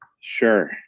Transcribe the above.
Sure